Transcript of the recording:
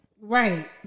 Right